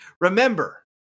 Remember